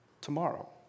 tomorrow